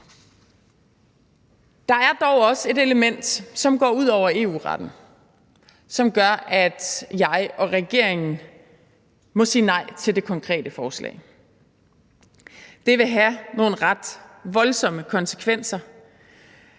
Der er dog også et element, som går ud over EU-retten, og som gør, at jeg og regeringen må sige nej til det konkrete forslag: Det vil have nogle ret voldsomme konsekvenser